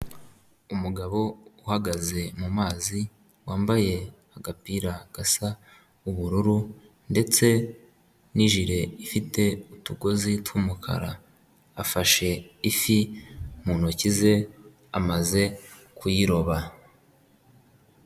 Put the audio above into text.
Umugabo uhagaze mu mazi wambaye agapira gasa ubururu ndetse nijile ifite utugozi twumukara, afashe ifi mu ntoki ze amaze kuyiroba.